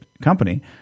company